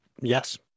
Yes